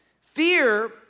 Fear